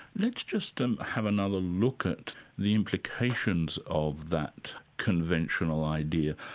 let's just ah have another look at the implications of that conventional idea.